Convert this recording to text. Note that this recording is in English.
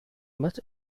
much